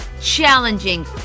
challenging